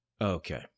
Okay